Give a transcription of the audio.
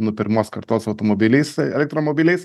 nu pirmos kartos automobiliais elektromobiliais